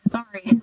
Sorry